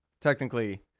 technically